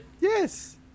yes